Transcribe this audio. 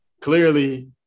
Clearly